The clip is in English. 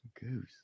Goose